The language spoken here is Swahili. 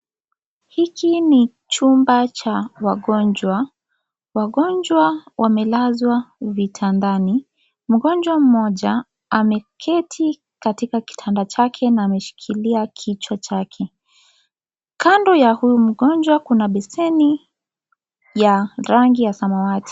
Hiki ni chumba cha wagonjwa. Wagonjwa wamelazwa vitandani. Mgonjwa mmoja ameketi katika kitanda chake na ameshikilia kichwa chake. Kando ya huyu mgonjwa kuna beseni ya rangi ya samawati.